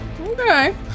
Okay